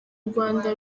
rwanda